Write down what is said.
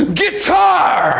guitar